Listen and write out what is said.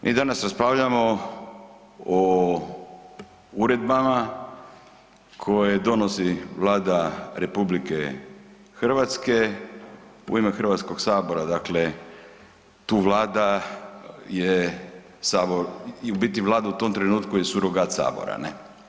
Mi danas raspravljamo o uredbama koje donosi Vlada RH u ime Hrvatskoga sabora, dakle tu Vlada je Sabor, u biti Vlada u tom trenutku je surogat Sabora, ne?